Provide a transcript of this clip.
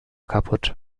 kaputt